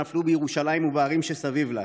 נפלו בירושלים ובערים שסביב לה.